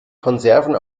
konserven